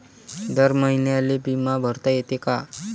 दर महिन्याले बिमा भरता येते का?